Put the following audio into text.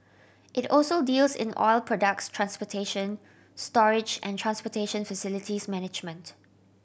it also deals in oil products transportation storage and transportation facilities management